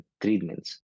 treatments